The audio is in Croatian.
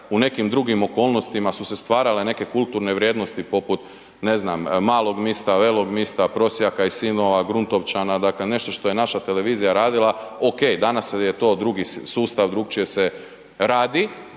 u nekim drugim okolnostima su se stvarale neke kulturne vrijednosti poput ne znam, „Malog mista“, „Velog mista“, „Prosjaka i sinova“, „Gruntovčana“, dakle nešto što je naša televizija radila, ok, danas je to drugi sustav, drukčije se radi